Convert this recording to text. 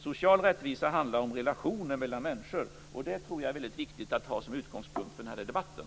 Social rättvisa handlar om relationer mellan människor. Det är viktigt att ha som utgångspunkt i debatten.